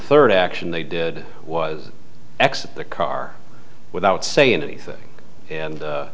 third action they did was exit the car without saying anything and